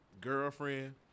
Girlfriend